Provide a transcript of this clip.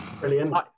brilliant